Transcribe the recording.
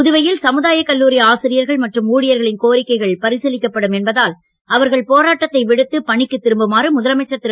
புதுவையில் சமுதாய கல்லூரி ஆசிரியர்கள் மற்றும் ஊழியர்களின் கோரிக்கைகள் பரிசீலிக்கப்படும் என்பதால் அவர்கள் போராட்டத்தை விடுத்து பணிக்கு திரும்புமாறு முதலமைச்சர் திரு